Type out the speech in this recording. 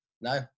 no